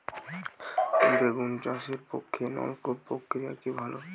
বেগুন চাষের পক্ষে নলকূপ প্রক্রিয়া কি ভালো?